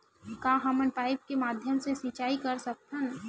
का हमन पाइप के माध्यम से सिंचाई कर सकथन?